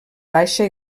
baixa